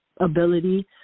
ability